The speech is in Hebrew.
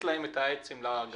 הכניס להם פשוט את העצם לגרון.